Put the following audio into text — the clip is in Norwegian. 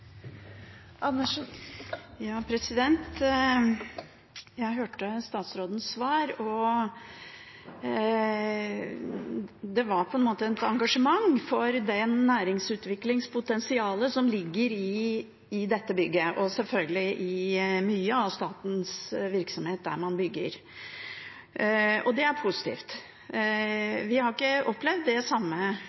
Jeg hørte statsrådens svar. Det var et engasjement for det næringsutviklingspotensialet som ligger i dette bygget og selvfølgelig i mye av statens virksomhet der man bygger. Det er positivt. Vi har ikke opplevd den samme